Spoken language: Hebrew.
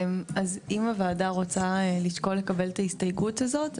אז אם הוועדה רוצה לשקול לקבל את ההסתייגות הזאת,